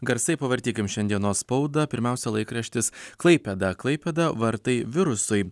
garsai pavartykim šiandienos spaudą pirmiausia laikraštis klaipėda klaipėda vartai virusui